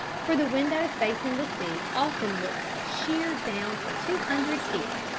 for the windows facing the sea often looked sheer down for two hundred feet.